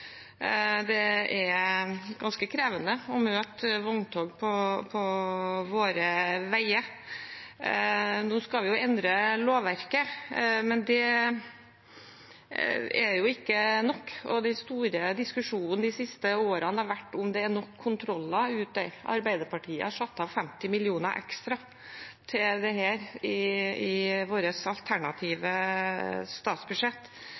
Det er ganske krevende å møte vogntog på våre veier. Nå skal vi endre lovverket, men det er ikke nok. Den store diskusjonen de siste årene har vært om det er nok kontroller der ute. Arbeiderpartiet har satt av 50 mill. kr ekstra til dette i vårt alternative statsbudsjett.